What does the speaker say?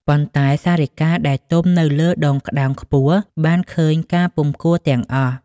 ប៉ុន្តែ សារិកាដែលទំនៅលើដងក្ដោងខ្ពស់ បានឃើញការពុំគួរ ទាំងអស់ ។